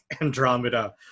Andromeda